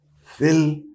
fill